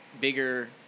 bigger